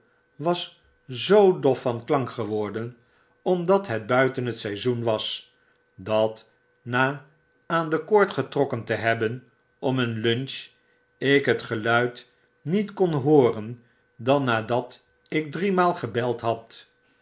was zoo dof van klank geworden omdat hetbuiten het seizoen was dat na aan de koord getrokken te hebben om een lunch ik het geluid niet kon hooren dan nadat ik driemaal gebeld had